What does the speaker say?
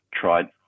tried